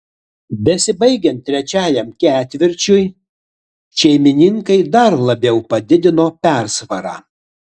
besibaigiant trečiajam ketvirčiui šeimininkai dar labiau padidino persvarą